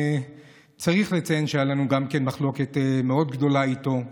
צריך לציין שהייתה לנו גם מחלוקת מאוד גדולה איתו,